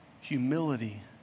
humility